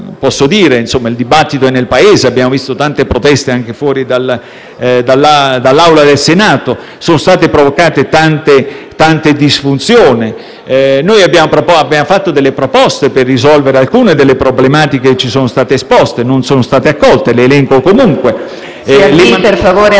Su questo c'è un dibattito nel Paese (abbiamo visto tante proteste anche fuori dall'Aula del Senato) e sono state provocate tante disfunzioni. Noi abbiamo fatto delle proposte per risolvere alcune delle problematiche che ci sono state sottoposte: non sono state accolte, ma le elenco comunque. PRESIDENTE. Senatore